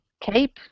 cape